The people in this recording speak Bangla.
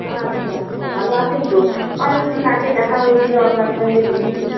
আচ্ছা আচ্ছা ভালো আছেন তো অনেক দিন আগে দেখা হয়েছিল আপনার সঙ্গে দিদি